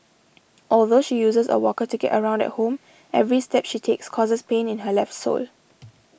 although she uses a walker to get around at home every step she takes causes pain in her left sole